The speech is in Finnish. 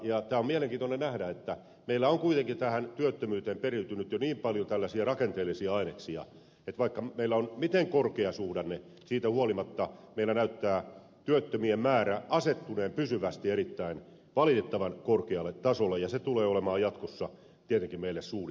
tämä on mielenkiintoista nähdä että meillä on kuitenkin tähän työttömyyteen periytynyt jo niin paljon tällaisia rakenteellisia aineksia että vaikka meillä on miten korkeasuhdanne siitä huolimatta meillä näyttää työttömien määrä asettuneen pysyvästi valitettavan korkealle tasolle ja se tulee olemaan jatkossa tietenkin meille suuri haaste